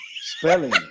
Spelling